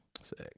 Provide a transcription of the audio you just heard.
Sick